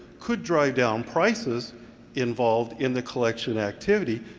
could drive down prices involved in the collection activity.